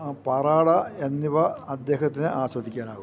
പാറാട എന്നിവ അദ്ദേഹത്തിന് ആസ്വദിക്കാനാകും